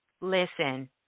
listen